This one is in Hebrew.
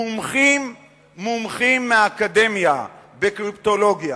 מומחים מהאקדמיה, בקריפטולוגיה,